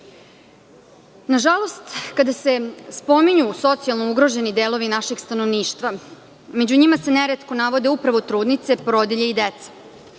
predlog. Nažalost, kada se spominju socijalno ugroženi delovi našeg stanovništva, među njima se neretko navode upravo trudnice, porodilje i deca.